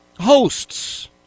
hosts